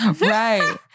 Right